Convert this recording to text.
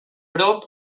prop